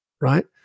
right